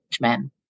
men